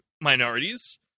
minorities